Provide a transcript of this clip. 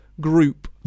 group